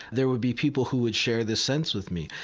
there would be people who would share this sense with me.